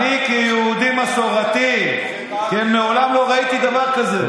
אני, כיהודי מסורתי, מעולם לא ראיתי דבר כזה.